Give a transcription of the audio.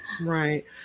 Right